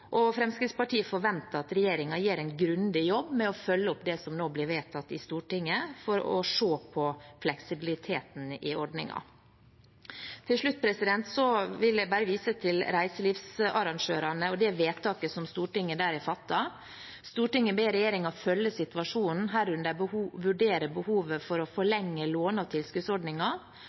Fremskrittspartiet forventer at regjeringen gjør en grundig jobb med å følge opp det som nå blir vedtatt i Stortinget, for å se på fleksibiliteten i ordningen. Til slutt vil jeg vise til reiselivsarrangørene og det vedtaket som Stortinget der har fattet: «Stortinget ber regjeringen følge situasjonen, herunder vurdere behovet for å forlenge låne- og